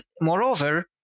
moreover